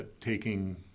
taking